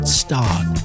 start